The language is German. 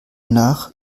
nach